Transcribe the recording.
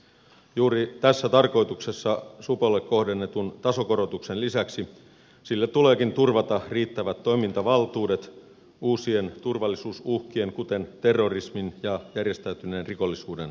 juuri tässä tarkoituksessa supolle kohdennetun tasokorotuksen lisäksi sille tuleekin turvata riittävät toimintavaltuudet uusien turvallisuusuhkien kuten terrorismin ja järjestäytyneen rikollisuuden torjumiseksi